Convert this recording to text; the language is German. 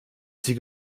sie